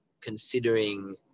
considering